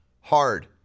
hard